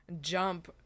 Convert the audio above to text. jump